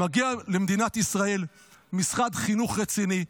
מגיע למדינת ישראל משרד חינוך רציני,